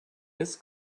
this